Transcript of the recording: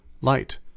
light